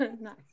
Nice